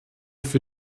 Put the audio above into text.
für